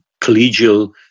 collegial